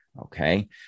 okay